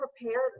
prepared